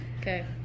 Okay